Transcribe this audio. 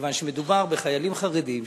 מכיוון שמדובר בחיילים חרדים,